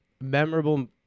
memorable